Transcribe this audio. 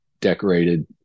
decorated